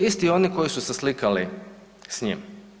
Isti oni koji su se slikali s njim.